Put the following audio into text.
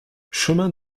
chemin